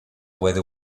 whether